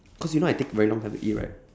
cause you know I take very long time to eat right